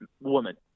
woman